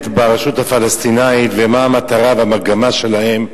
ברשות הפלסטינית ומה המטרה והמגמה שלהם,